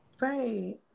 Right